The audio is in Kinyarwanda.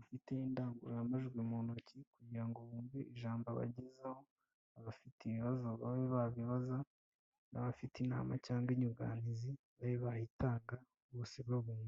ufite indangurumajwi mu ntoki kugira ngo bumve ijambo abagezaho, abafite ibibazo babe babibaza n'abafite inama cyangwa inyunganizi babe bayitanga bose babumva.